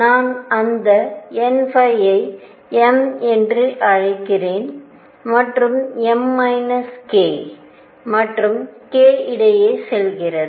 நான் அந்தn I m என்று அழைக்கிறேன் மற்றும் m k மற்றும் k இடையே செல்கிறது